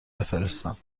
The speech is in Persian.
بفرستم